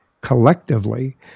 collectively